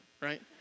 right